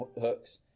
hooks